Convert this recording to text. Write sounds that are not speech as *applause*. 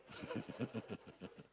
*laughs*